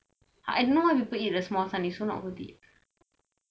I don't know will people eat the small san it's so not worth it